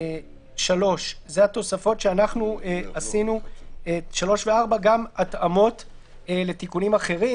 תוספות 3 ו-4 הם גם התאמות לתיקונים אחרים,